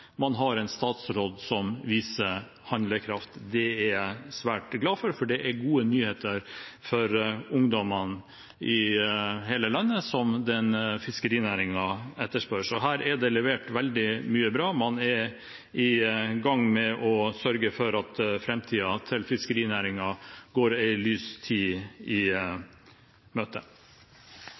man har en statsråd som viser handlekraft. Det er jeg svært glad for, for det er gode nyheter for ungdommene i hele landet som fiskerinæringen etterspør. Så her er det levert veldig mye bra – man er i gang med å sørge for at fiskerinæringen går en lys framtid i